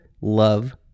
love